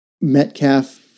Metcalf